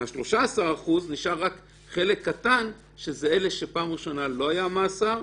מ-13% נשאר חלק קטן שהם אלה שבפעם הראשונה לא היה מאסר,